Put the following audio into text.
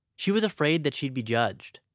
she was afraid that she'd be judged.